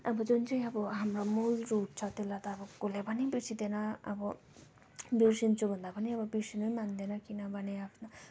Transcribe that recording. अब जुन चाहिँ अब हाम्रो मूल रूप छ त्यसलाई त अब कसले पनि बिर्सँदैन अब बिर्सन्छु भन्दा पनि अब बिर्सनु नि मान्दैन किनभने आफ्नो